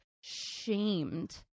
shamed